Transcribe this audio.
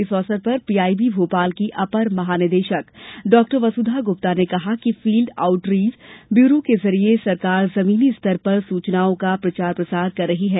इस अवसर पर पीआईबी भोपाल की अपर महानिदेशक डाक्टर वसुधा गुप्ता ने कहा कि फील्ड आउटरीज ब्यूरो के जरिये सरकार जमीनी स्तर पर सूचनाओं का प्रचार प्रसार कर रही है